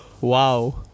Wow